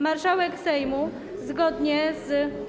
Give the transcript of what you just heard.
Marszałek Sejmu zgodnie z.